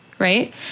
right